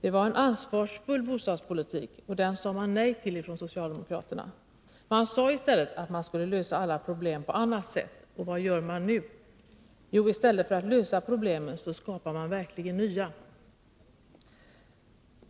Det var en ansvarsfull bostadspolitik och den sade socialdemokraterna nej till. Man sade att man i stället skulle lösa alla problem på annat sätt, och vad gör man nu? Jo, i stället för att lösa problemen skapar man verkligen nya.